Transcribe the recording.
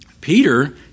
Peter